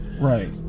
Right